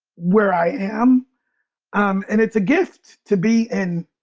where i am um and it's a gift to be in